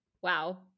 wow